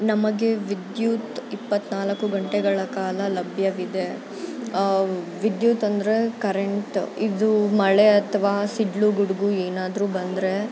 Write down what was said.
ನಮಗೆ ವಿದ್ಯುತ್ ಇಪ್ಪತ್ನಾಲ್ಕು ಗಂಟೆಗಳ ಕಾಲ ಲಭ್ಯವಿದೆ ವಿದ್ಯುತ್ ಅಂದರೆ ಕರೆಂಟ್ ಇದು ಮಳೆ ಅಥವಾ ಸಿಡಿಲು ಗುಡುಗು ಏನಾದರೂ ಬಂದರೆ